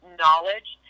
knowledge